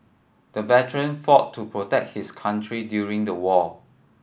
the veteran fought to protect his country during the war